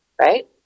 right